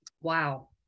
Wow